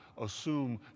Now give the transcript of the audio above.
assume